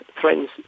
threatens